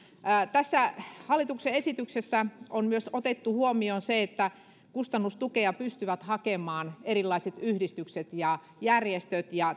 tässä hallituksen esityksessä on myös otettu huomioon se että kustannustukea pystyvät hakemaan erilaiset yhdistykset ja järjestöt